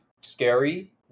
Scary